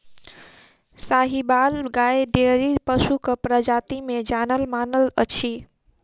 साहिबाल गाय डेयरी पशुक प्रजाति मे जानल मानल अछि